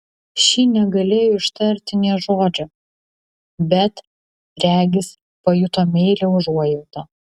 ši negalėjo ištarti nė žodžio bet regis pajuto meilią užuojautą